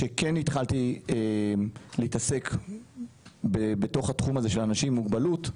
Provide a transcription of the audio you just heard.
שהתחלתי להתעסק בתחום של אנשים עם מוגבלות,